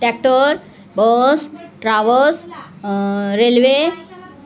tractor bus travels railway